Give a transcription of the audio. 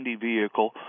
vehicle